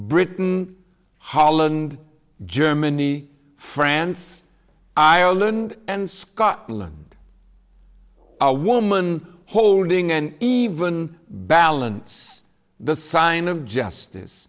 britain holland germany france island and scotland a woman holding an even balance the sign of justice